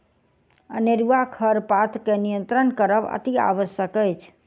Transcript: अनेरूआ खरपात के नियंत्रण करब अतिआवश्यक अछि